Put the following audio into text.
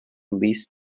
leased